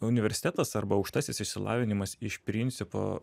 universitetas arba aukštasis išsilavinimas iš principo